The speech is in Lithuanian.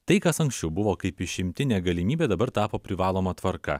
tai kas anksčiau buvo kaip išimtinė galimybė dabar tapo privaloma tvarka